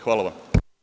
Hvala.